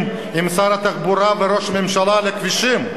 עם שמות שר התחבורה וראש הממשלה בכבישים.